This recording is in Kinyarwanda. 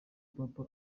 papa